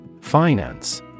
Finance